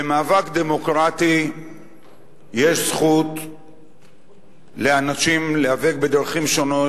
במאבק דמוקרטי יש זכות לאנשים להיאבק בדרכים שונות,